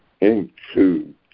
include